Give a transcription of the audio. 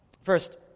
First